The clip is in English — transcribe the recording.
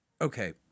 Okay